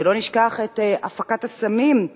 ושלא נשכח את הפקת הסמים,